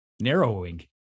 narrowing